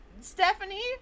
Stephanie